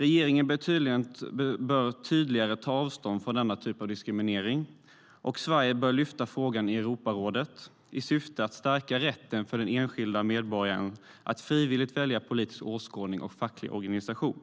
Regeringen bör tydligare ta avstånd från denna typ av diskriminering, och Sverige bör lyfta fram frågan i Europarådet i syfte att stärka rätten för den enskilda medborgaren att frivilligt välja politisk åskådning och facklig organisation